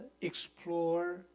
explore